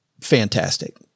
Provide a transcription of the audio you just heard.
fantastic